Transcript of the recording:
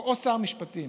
או שר המשפטים?